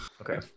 okay